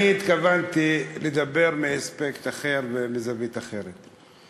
אני התכוונתי לדבר מאספקט אחר ומזווית אחרת.